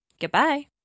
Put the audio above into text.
Goodbye